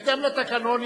בהתאם לתקנון,